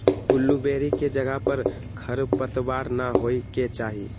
blueberry के जगह पर खरपतवार न होए के चाहि